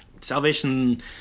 Salvation